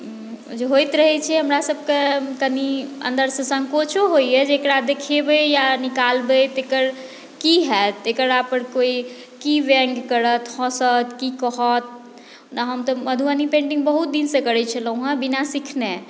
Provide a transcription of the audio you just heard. जे होइत रहै छै हमरा सभकेँ कनि अन्दर से सङ्कोचो होइया जे एकरा देखेबै या निकालबै तऽ एकर की होएत एकरा पर कोई की व्यङ्ग करत हँसत की कहत ओना हम तऽ मधुबनी पेन्टिंग तऽ बहुत दिनसे करै छलहुँ हँ बिना सिखने